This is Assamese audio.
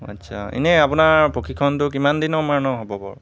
আচ্ছা এনেই আপোনাৰ প্ৰশিক্ষণটো কিমান দিনৰ মূৰেনো হ'ব বাৰু